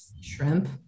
shrimp